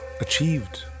achieved